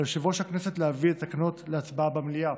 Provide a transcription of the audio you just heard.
על יושב-ראש הכנסת להביא את התקנות להצבעה במליאה.